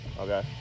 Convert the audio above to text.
Okay